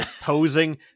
posing